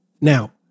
Now